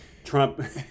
Trump